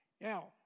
Now